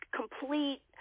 complete